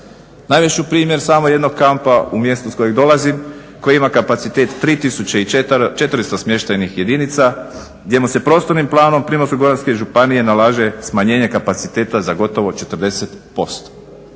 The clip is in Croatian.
Navest ću primjer samo jednog kampa u mjestu iz kojeg dolazim koji ima kapacitet 3400 smještajnih jedinica, gdje mu se prostornim planom Primorsko-goranske županije nalaže smanjenje kapaciteta za gotovo 40%.